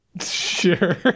Sure